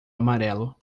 amarelo